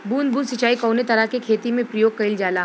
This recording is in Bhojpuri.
बूंद बूंद सिंचाई कवने तरह के खेती में प्रयोग कइलजाला?